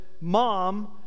mom